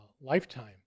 lifetime